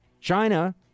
China